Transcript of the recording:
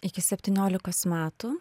iki septyniolikos metų